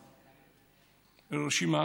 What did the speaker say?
רשימה,